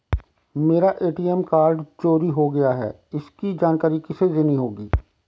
मेरा ATM card चोरी हो गया है इसकी जानकारी किसे देनी होगी?